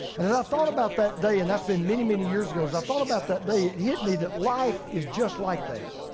thought about that day and that's been many, many years ago. as i thought about that day, it hit me that life is just like that.